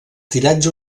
tiratge